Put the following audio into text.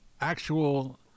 actual